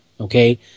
okay